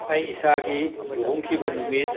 ꯑꯩ ꯏꯁꯥꯒꯤ ꯂꯨꯍꯣꯡꯈꯤꯕ ꯅꯨꯃꯤꯠ